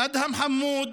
אדהם חמוד,